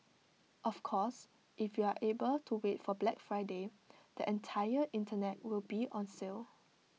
of course if you are able to wait for Black Friday the entire Internet will be on sale